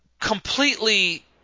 completely